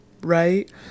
Right